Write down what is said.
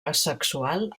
asexual